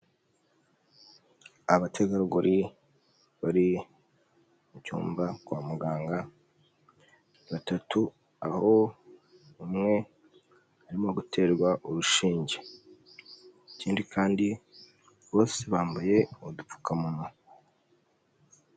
Abategarugori bari mu cyumba kwa muganga batatu, aho umwe arimo guterwa urushinge, ikindi kandi bose bambaye udupfukamunwa.